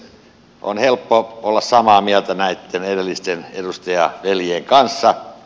on helppo olla samaa mieltä näitten edellisten edustajaveljien kanssa